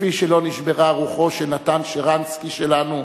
כפי שלא נשברה רוחו של נתן שרנסקי שלנו,